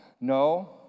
No